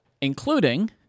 including